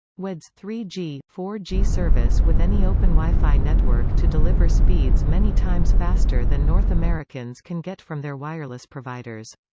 weds three g four g service with any open wi-fi network to deliver speeds many times faster than north americans can get from their wireless providers.